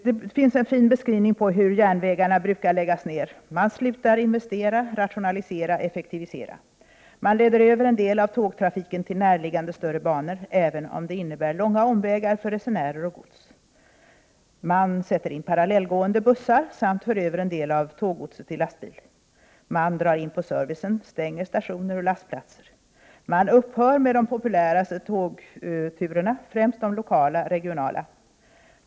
Det finns en fin beskrivning på hur järnvägarna brukar läggas ner: Man slutar investera, rationalisera, effektivisera. Man leder över en del av tågtrafiken till närliggande större banor, även om det innebär långa omvägar för resenärer och gods. Man sätter in parallellgående bussar samt för över en del av tåggodset till lastbil. Man drar in på servicen, stänger stationer och lastplatser. Man upphör med de populäraste tågturerna, främst de lokala och regionala.